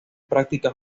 práctica